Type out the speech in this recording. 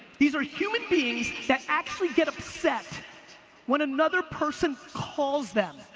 these are human beings that actually get upset when another person calls them.